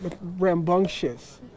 rambunctious